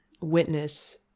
witness